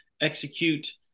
execute